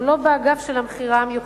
או לא באגף של המכירה המיוחדת,